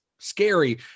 scary